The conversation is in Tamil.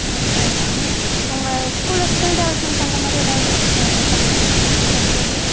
ஓகே மேம் உங்கள் ஸ்கூலு ஸ்கில் டெவெலப்மெண்ட் பண்ணுற மாதிரி ஏதாவது ச இருக்கா மேம் ஃபெசிலிட்